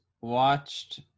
watched